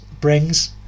brings